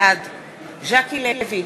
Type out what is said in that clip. בעד ז'קי לוי,